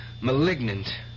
Malignant